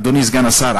אדוני סגן השר,